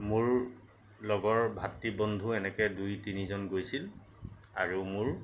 মোৰ লগৰ ভাতৃ বন্ধু এনেকৈ দুই তিনিজন গৈছিল আৰু মোৰ